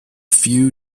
few